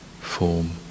form